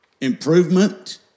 Improvement